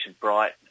Bright